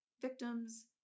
victims